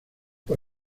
por